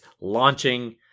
launching